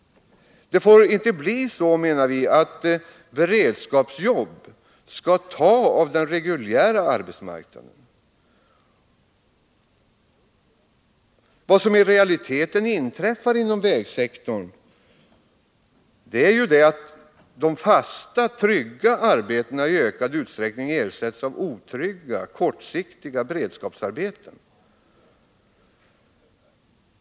Det får inte bli så att beredskapsjobb tar av den reguljära arbetsmarknaden. Vad som i realiteten inträffar inom vägsektorn är ju att de fasta, trygga arbetena i ökad usträckning ersätts av otrygga, kortsiktiga beredskapsarbeten.